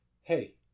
hey